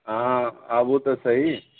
अहाँ आबू तऽ सही